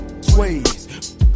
sways